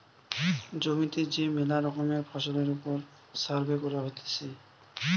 জমিতে যে মেলা রকমের ফসলের ওপর সার্ভে করা হতিছে